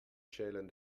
schälen